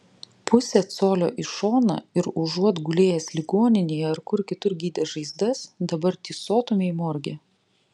pusė colio į šoną ir užuot gulėjęs ligoninėje ar kur kitur gydęs žaizdas dabar tysotumei morge